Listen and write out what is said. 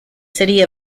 city